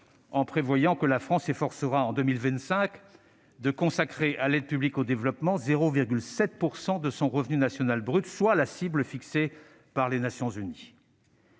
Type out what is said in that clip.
en prévoyant que la France s'efforcera, en 2025, de consacrer à l'aide publique au développement 0,7 % de son revenu national brut, soit la cible fixée par les Nations unies.